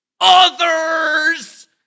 others